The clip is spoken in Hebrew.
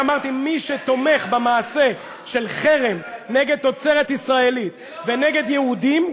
אמרתי שמי שתומך במעשה של חרם נגד תוצרת ישראל ונגד יהודים,